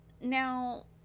now